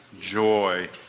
joy